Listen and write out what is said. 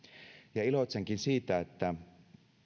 ja iloitsenkin siitä että